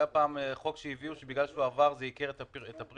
היה פעם חוק שהביאו ובגלל שהוא עבר זה ייקר את הפרמיות?